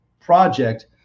project